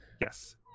Yes